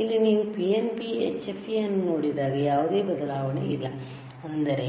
ಇಲ್ಲಿ ನೀವು PNP HFE ಅನ್ನು ನೋಡಿದಾಗ ಯಾವುದೇ ಬದಲಾವಣೆ ಇಲ್ಲ ಅಂದರೆ